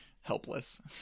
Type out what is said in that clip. helpless